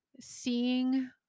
seeing